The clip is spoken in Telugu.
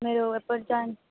మీరు ఎప్పుడు జాయిన్